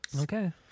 Okay